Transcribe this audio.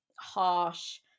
harsh